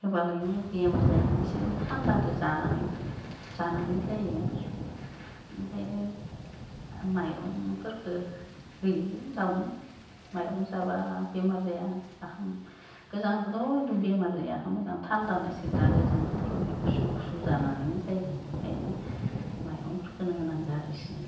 होबालायनो बेमार जायोनो इसोरो थान्दाजों जानानै जानानै जायो ओंखायनो माइरंफोरखो होयो दावनो माइरं जाबा बेमार जाया आखाम गोजांबाथ' बेमार जाया आखाम गोजां थान्दानिसो दा गोजां बोथोराव बे गुसु गुसु जानानै जायो ओंखायनो माइरंफोरखोनो होनांगो आरो इसिनो